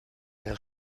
der